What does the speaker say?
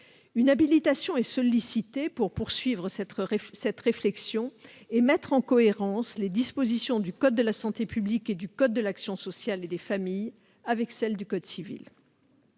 par ordonnance est sollicitée pour poursuivre cette réflexion et mettre en cohérence les dispositions du code de la santé publique et du code de l'action sociale et des familles avec celles du code civil.